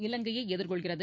இலங்கையை எதிர்கொள்கிறது